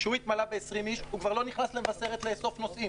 כשהוא התמלא ב-20 איש הוא כבר לא נכנס למבשרת לאסוף נוסעים.